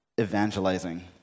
evangelizing